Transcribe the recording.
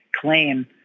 claim